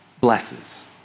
blesses